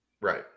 Right